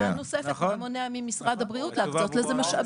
שאלה נוספת: מה מונע ממשרד הבריאות להקצות לזה משאבים?